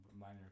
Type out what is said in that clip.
minor